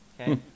Okay